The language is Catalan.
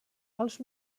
els